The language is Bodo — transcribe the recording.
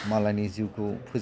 मालायनि जिउखौ फोजोबनानै